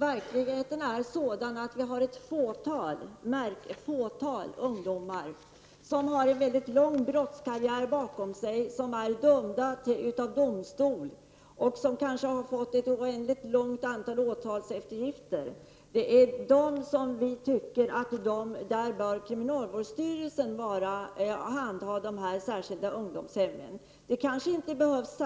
Verkligheten är sådan att vi har ett fåtal ungdomar som har en mycket lång brottskarriär bakom sig, som är dömda av domstol och som kanske har fått ett oändligt antal åtalseftergifter. Det är med anledning av de fallen vi tycker att kriminalvårdsstyrelsen bör handha de särskilda ungdomshemmen. Det kanske inte behövs